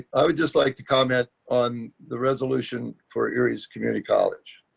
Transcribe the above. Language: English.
i would just like to comment on the resolution for areas community college.